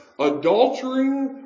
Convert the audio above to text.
adultering